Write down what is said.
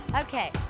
Okay